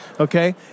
Okay